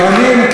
לפעמים,